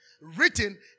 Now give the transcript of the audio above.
written